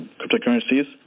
cryptocurrencies